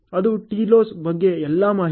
ಅದು TILOS ಬಗ್ಗೆ ಎಲ್ಲಾ ಮಾಹಿತಿ